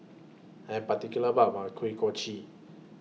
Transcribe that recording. I Am particular about My Kuih Kochi